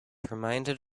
reminded